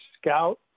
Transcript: scout